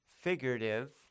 figurative